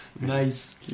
Nice